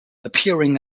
appearing